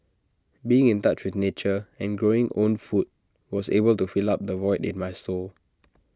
being in touch with nature and growing own food was able to fill up the void in my soul